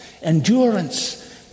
endurance